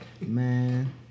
man